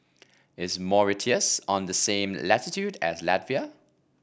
is Mauritius on the same latitude as Latvia